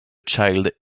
child